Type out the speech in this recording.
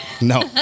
No